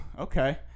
okay